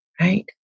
right